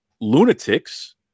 lunatics